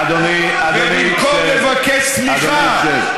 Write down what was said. סליחה, אדוני, שב, שב.